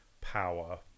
power